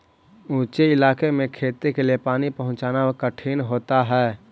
ऊँचे इलाके में खेती के लिए पानी पहुँचाना कठिन होता है